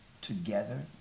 together